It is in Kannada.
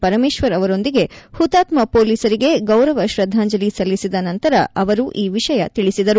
ಪರಮೇಶ್ವರ್ ಅವರೊಂದಿಗೆ ಹುತಾತ್ನ ಪೊಲೀಸರಿಗೆ ಗೌರವ ಶ್ರದ್ದಾಂಜಲಿ ಸಲ್ಲಿಸಿದ ನಂತರ ಅವರು ಈ ವಿಷಯ ತಿಳಿಸಿದರು